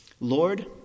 Lord